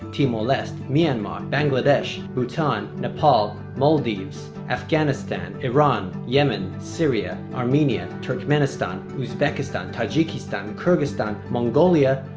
timor-leste, myanmar, bangladesh, bhutan, nepal, maldives, afghanistan, iran, yemen, syria, armenia, turkmenistan, uzbekistan, tajikistan, kyrgyzstan, mongolia.